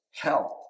health